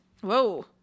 Whoa